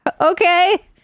okay